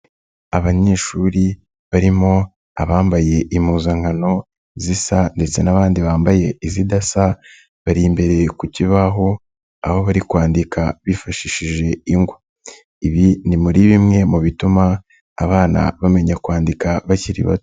Abanyeshuri barimo abambaye impuzankano zisa ndetse n'abandi bambaye izidasa, bari imbere ku kibaho aho bari kwandika bifashishije ingwa, ibi ni muri bimwe mu bituma abana bamenya kwandika bakiri bato.